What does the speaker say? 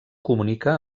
comunica